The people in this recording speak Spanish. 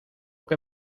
que